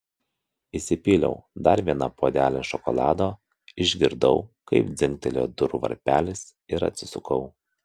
įsipyliau dar vieną puodelį šokolado išgirdau kaip dzingtelėjo durų varpelis ir atsisukau